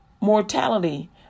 mortality